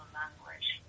language